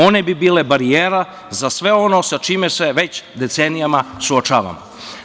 One bi bile barijera za sve ono sa čime se već decenijama suočavamo.